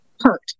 hurt